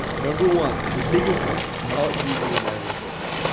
number one, the biggest one, not using an advertorial.